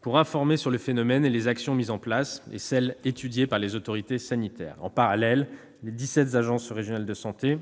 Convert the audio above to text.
pour l'informer sur le phénomène, sur les actions mises en place et sur celles qu'étudient les autorités sanitaires. En parallèle, les dix-sept agences régionales de santé